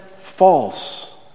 false